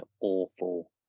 awful